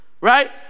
right